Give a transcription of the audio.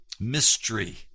mystery